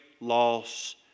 loss